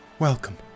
Welcome